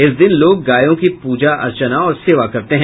इस दिन लोग गायों की प्रजा अर्चना और सेवा करते हैं